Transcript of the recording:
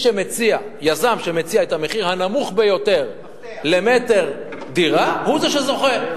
יזם שמציע את המחיר הנמוך ביותר למטר דירה הוא זה שזוכה,